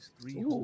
three